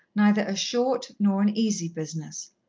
neither a short nor an easy business,